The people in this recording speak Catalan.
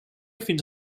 fins